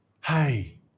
hey